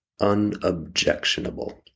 unobjectionable